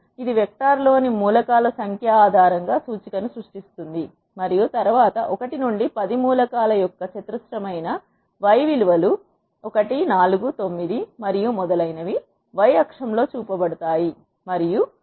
ఇది వెక్టర్లోని మూల కాల సంఖ్య ఆధారంగా సూచి కను సృష్టిస్తుంది మరియు తరువాత 1 నుండి 10 మూల కాల యొక్క చతురస్రమైన y విలువ లు 1 4 9 మరియు మొదలైనవి y అక్షం లో చూపబడతాయి మరియు 102 100